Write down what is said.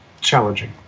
challenging